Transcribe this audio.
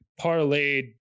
parlayed